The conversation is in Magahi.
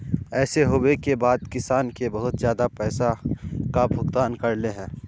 ऐसे होबे के बाद किसान के बहुत ज्यादा पैसा का भुगतान करले है?